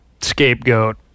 scapegoat